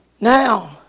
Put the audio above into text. now